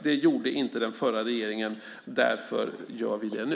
Det gjorde inte den förra regeringen, därför gör vi det nu.